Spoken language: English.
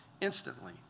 instantly